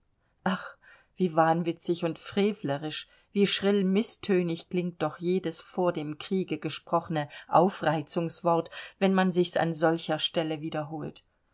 ach wie wahnwitzig und frevlerisch wie schrill mißtönig klingt doch jedes vor dem kriege gesprochene aufreizungswort wenn man sich's an solcher stelle wiederholt